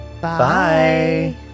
Bye